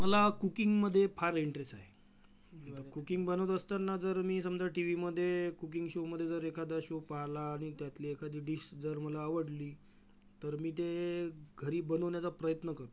मला कुकिंगमधे फार इंटरेस आहे कुकिंग बनवत असताना जर मी समजा टीवीमधे कुकिंग शोमधे जर एखादा शो पाहिला आणि त्यातली एखादी डिश जर मला आवडली तर मी ते घरी बनवण्याचा प्रयत्न करतो